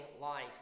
life